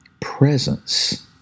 presence